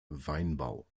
weinbau